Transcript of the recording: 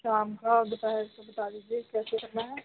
ਸ਼ਾਮ ਕਾ ਬਤਾਇਆ ਬਤਾ ਦੀਜੀਏ ਕੈਸੇ ਕਰਨਾ ਹੈ